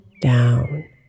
down